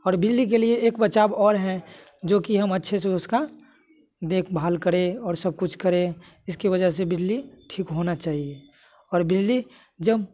और बिजली के लिए एक बचाव और हैं जो कि हम अच्छे से उसका देखभाल करें और सब कुछ करें इसकी वजह से बिजली ठीक होना चाहिए और बिजली जब